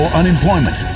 unemployment